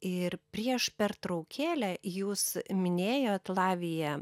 ir prieš pertraukėlę jūs minėjot lavija